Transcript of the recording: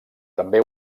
també